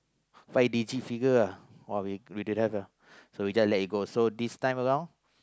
five digit figure ah !wah! we we don't have ah so we just let it go so this time around